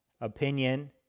opinion